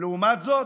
ולעומת זאת,